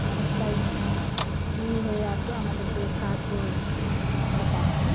অনেকটাই ইয়ে হয়ে আছে আমাদেরকে সাহায্য আমরা পাচ্ছি